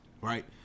right